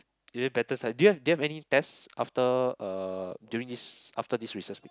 do you better study do you have do you have any test after uh during this after this recess week